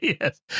Yes